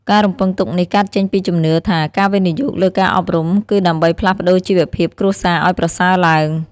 ការរំពឹងទុកនេះកើតចេញពីជំនឿថា ការវិនិយោគលើការអប់រំគឺដើម្បីផ្លាស់ប្តូរជីវភាពគ្រួសារឱ្យប្រសើរឡើង។